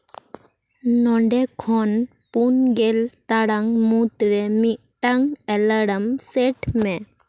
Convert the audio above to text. ᱱᱚᱸᱰᱮ ᱠᱷᱚᱱ ᱯᱩᱱ ᱜᱮᱞ ᱴᱟᱲᱟᱝ ᱢᱩᱫᱽᱨᱮ ᱢᱤᱫ ᱴᱟᱝ ᱮᱞᱟᱨᱟᱢ ᱥᱮᱴ ᱢᱮ